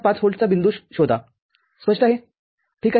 ५ व्होल्टचा बिंदू शोधा स्पष्ट आहे ठीक आहे